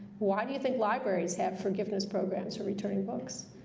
why do you think libraries have forgiveness programs for returning books?